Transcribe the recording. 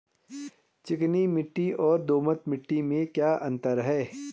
चिकनी मिट्टी और दोमट मिट्टी में क्या क्या अंतर है?